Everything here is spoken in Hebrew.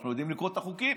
אנחנו יודעים לקרוא את החוקים.